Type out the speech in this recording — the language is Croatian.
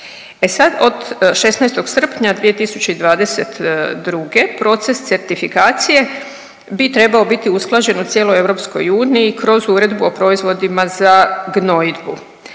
E sad od 16. srpnja 2022. proces certifikacije bi trebao biti usklađen u cijeloj EU kroz Uredbu o proizvodima za gnojidbu,